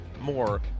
more